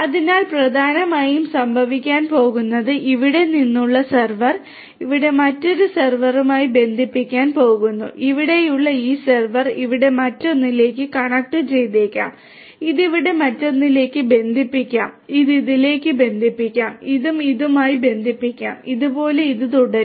അതിനാൽ പ്രധാനമായും സംഭവിക്കാൻ പോകുന്നത് ഇവിടെ നിന്നുള്ള ഒരു സെർവർ ഇവിടെ മറ്റൊരു സെർവറുമായി ബന്ധിപ്പിക്കാൻ പോകുന്നു ഇവിടെയുള്ള ഈ സെർവർ ഇവിടെ മറ്റൊന്നിലേക്ക് കണക്റ്റുചെയ്തേക്കാം ഇത് ഇവിടെ മറ്റൊന്നിലേക്ക് ബന്ധിപ്പിക്കാം ഇത് ഇതിലേക്ക് ബന്ധിപ്പിക്കാം ഇതും ഇതും ഇതുമായി ബന്ധിപ്പിക്കാം ഇതുപോലെ ഇത് തുടരും